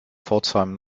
pforzheim